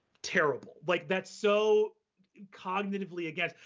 terrible. like that's so cognitively against.